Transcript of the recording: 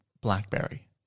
blackberry